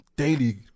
Daily